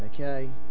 Okay